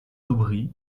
aubry